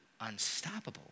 unstoppable